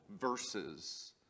verses